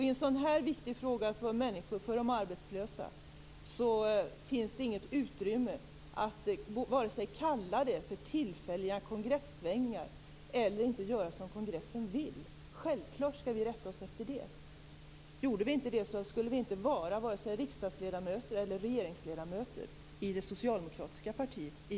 I en sådan här fråga, som är så viktig för människor, för de arbetslösa, finns det inget utrymme för att vare sig kalla det för tillfälliga kongressvängningar eller att inte göra som kongressen vill. Självklart skall vi rätta oss efter den. Gjorde vi inte det skulle vi inte vara vare sig riksdagsledamöter eller regeringsledamöter, i alla fall inte i det socialdemokratiska partiet.